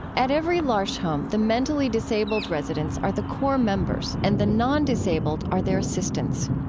at every l'arche home the mentally disabled residents are the core members, and the non-disabled are their assistants.